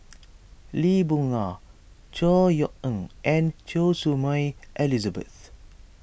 Lee Boon Ngan Chor Yeok Eng and Choy Su Moi Elizabeth